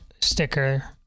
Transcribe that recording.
sticker